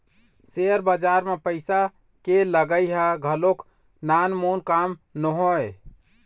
share बजार म पइसा के लगई ह घलोक नानमून काम नोहय